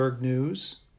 News